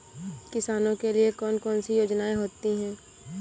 किसानों के लिए कौन कौन सी योजनायें होती हैं?